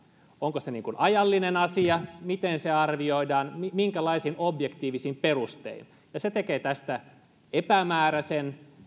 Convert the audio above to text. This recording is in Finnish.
onko se ajallinen asia miten se arvioidaan minkälaisin objektiivisin perustein ja se tekee tästä epämääräisen